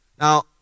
Now